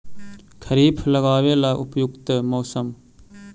खरिफ लगाबे ला उपयुकत मौसम?